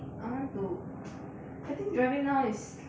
I want to I think driving now is